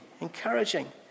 encouraging